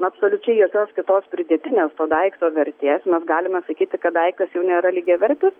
absoliučiai jokios kitos pridėtinės to daikto vertės mes galime sakyti kad daiktas jau nėra lygiavertis